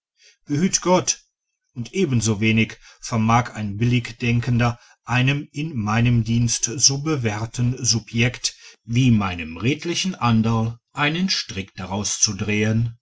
behüt gott und ebensowenig vermag ein billig denkender einem in meinem dienst so bewährten subjekt wie meinem redlichen anderl einen strick daraus zu drehen